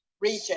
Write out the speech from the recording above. region